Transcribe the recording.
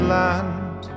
land